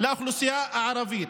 לאוכלוסייה הערבית.